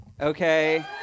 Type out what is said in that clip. okay